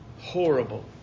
horrible